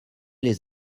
les